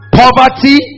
poverty